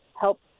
help